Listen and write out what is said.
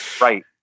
Right